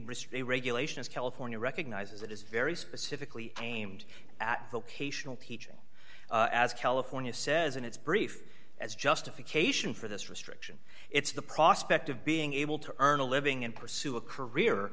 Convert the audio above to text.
restraint regulation as california recognizes it is very specifically aimed at vocational teaching as california says in its brief as justification for this restriction it's the prospect of being able to earn a living and pursue a career